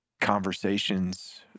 conversations